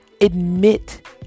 admit